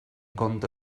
compte